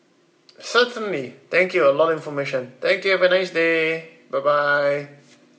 certainly thank you a lot information thank you have a nice day bye bye